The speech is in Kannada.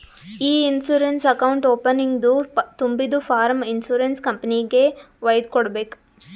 ಇ ಇನ್ಸೂರೆನ್ಸ್ ಅಕೌಂಟ್ ಓಪನಿಂಗ್ದು ತುಂಬಿದು ಫಾರ್ಮ್ ಇನ್ಸೂರೆನ್ಸ್ ಕಂಪನಿಗೆಗ್ ವೈದು ಕೊಡ್ಬೇಕ್